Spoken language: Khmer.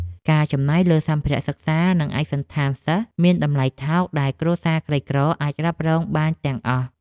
ការចំណាយលើសម្ភារៈសិក្សា និងឯកសណ្ឋានសិស្សមានតម្លៃថោកដែលគ្រួសារក្រីក្រអាចរ៉ាប់រងបានទាំងអស់។